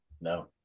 no